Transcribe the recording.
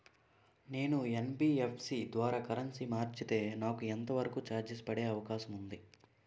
నేను యన్.బి.ఎఫ్.సి ద్వారా కరెన్సీ మార్చితే నాకు ఎంత వరకు చార్జెస్ పడే అవకాశం ఉంది?